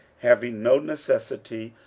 having no necessity,